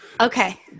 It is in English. Okay